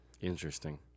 Interesting